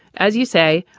as you say,